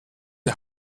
die